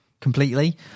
completely